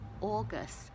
August